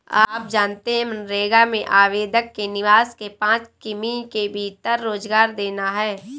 आप जानते है मनरेगा में आवेदक के निवास के पांच किमी के भीतर रोजगार देना है?